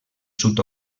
sud